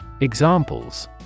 Examples